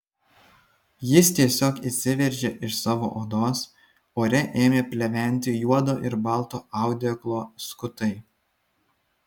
jis tiesiog išsiveržė iš savo odos ore ėmė pleventi juodo ir balto audeklo skutai